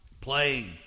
playing